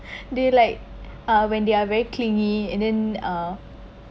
they like uh when they are very clingy and then uh